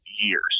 years